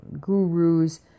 gurus